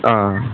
ஆ